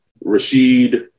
Rashid